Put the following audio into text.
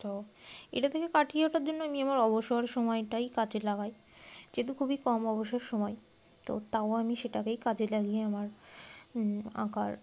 তো এটা থেকে কাটিয়ে ওঠার জন্য আমি আমার অবসর সময়টাই কাজে লাগাই যেহেতু খুবই কম অবসর সময় তো তাও আমি সেটাকেই কাজে লাগিয়ে আমার আঁকার